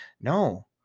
No